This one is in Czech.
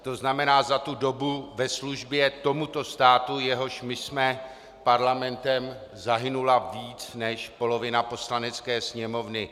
To znamená, za tu dobu ve službě tomuto státu, jehož my jsme parlamentem, zahynula více než polovina Poslanecké sněmovny.